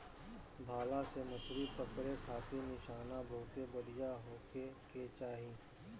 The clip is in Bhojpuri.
भाला से मछरी पकड़े खारित निशाना बहुते बढ़िया होखे के चाही